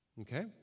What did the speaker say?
Okay